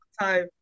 time